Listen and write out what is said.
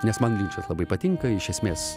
nes man linčas labai patinka iš esmės